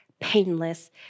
painless